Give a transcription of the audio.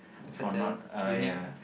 for not uh yeah